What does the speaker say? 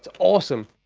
so awesome